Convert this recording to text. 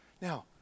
Now